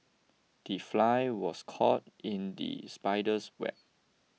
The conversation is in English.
the fly was caught in the spider's web